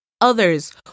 others